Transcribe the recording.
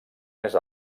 més